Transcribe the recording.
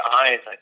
eyes